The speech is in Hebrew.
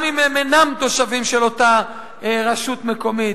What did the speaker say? גם אם הם אינם תושבים של אותה רשות מקומית.